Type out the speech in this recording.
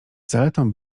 zaletą